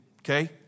Okay